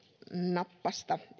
nappasta